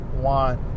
want